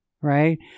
right